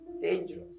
dangerous